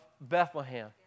Bethlehem